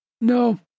No